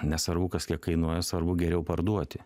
nesvarbu kas kiek kainuoja svarbu geriau parduoti